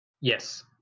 Yes